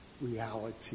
reality